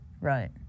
Right